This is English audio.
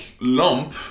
lump